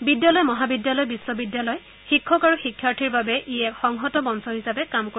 বিদ্যালয় মহাবিদ্যালয় বিশ্ববিদ্যালয় শিক্ষক আৰু শিক্ষাৰ্থীৰ বাবে ই এক সংহত মঞ্চ হিচাপে কাম কৰিব